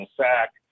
sack